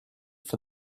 for